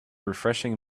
refreshing